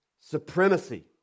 supremacy